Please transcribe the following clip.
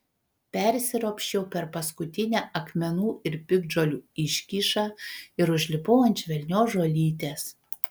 persiropščiau per paskutinę akmenų ir piktžolių iškyšą ir užlipau ant švelnios žolytės